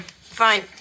fine